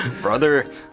Brother